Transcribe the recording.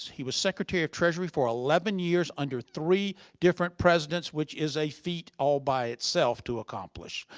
he was secretary of treasury for eleven years under three different presidents, which is a feat all by itself, to accomplish.